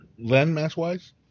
Landmass-wise